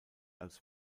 als